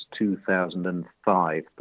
2005